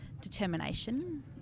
determination